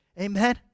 Amen